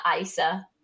ISA